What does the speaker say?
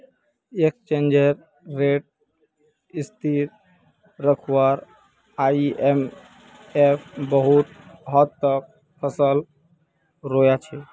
exchange rate स्थिर रखवात IMF बहुत हद तक सफल रोया छे